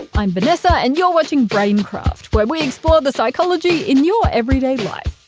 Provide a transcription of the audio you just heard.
ah i'm vanessa and you're watching braincraft, where we explore the psychology in your everyday life.